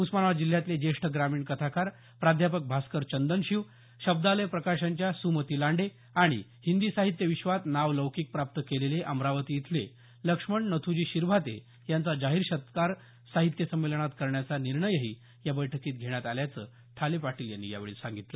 उस्मानाबाद जिल्ह्यातले ज्येष्ठ ग्रामीण कथाकार प्राध्यापक भास्कर चंदनशिव शब्दालय प्रकाशनच्या सुमती लांडे आणि हिंदी साहित्य विश्वात नावलौकिक प्राप्त केलेले अमरावती इथले लक्ष्मण नथ्जी शिरभाते यांचा जाहीर सत्कार साहित्य संमेलनात करण्याचा निर्णय या बैठकीत घेण्यात आल्याचंही ठाले पाटील यांनी यावेळी सांगितलं